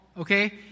Okay